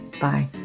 Bye